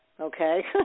okay